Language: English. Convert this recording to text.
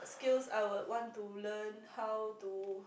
skills I would want to learn how to